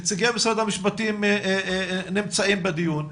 נציגי משרד המשפטים נמצאים בדיון,